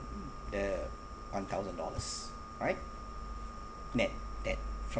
the one thousand dollars right that that from